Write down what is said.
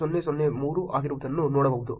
003 ಆಗಿರುವುದನ್ನು ನೋಡಬಹುದು